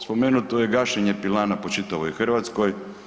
Spomenuto je gašenje pilana po čitavoj Hrvatskoj.